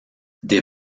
des